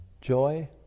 joy